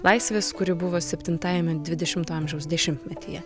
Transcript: laisvės kuri buvo septintajame dvidešimto amžiaus dešimtmetyje